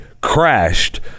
crashed